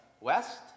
West